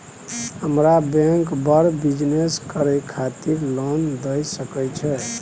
हमरा बैंक बर बिजनेस करे खातिर लोन दय सके छै?